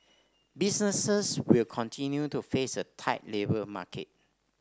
businesses will continue to face a tight labour market